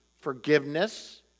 forgiveness